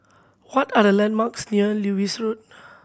what are the landmarks near Lewis Road